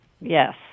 Yes